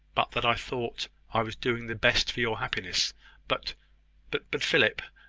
but that i thought i was doing the best for your happiness but but but, philip,